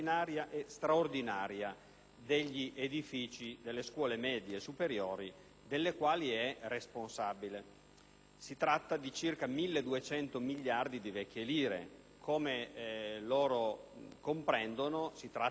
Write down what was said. degli edifici delle scuole medie superiori, delle quali è responsabile. Si tratta di circa 1.200 miliardi di vecchie lire. Come loro comprendono, si tratta di una cifra importante.